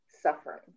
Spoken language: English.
suffering